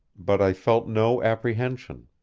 but i felt no apprehension.